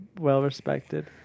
well-respected